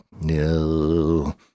No